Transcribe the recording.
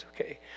okay